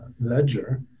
ledger